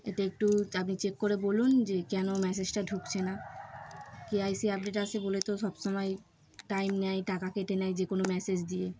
এটা একটু আপনি চেক করে বলুন যে কেন মেসেজটা ঢুকছে না কেওআইসি আপডেট আসে বলে তো সব সমময় টাইম নেয় টাকা কেটে নেয় যে কোনো মেসেজ দিয়ে